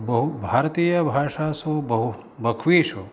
बहु भारतीयभाषासु बहु बह्वीषु